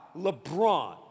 LeBron